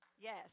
Yes